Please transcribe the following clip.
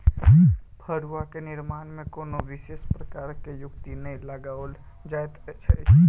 फड़ुआक निर्माण मे कोनो विशेष प्रकारक युक्ति नै लगाओल जाइत अछि